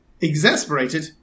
Exasperated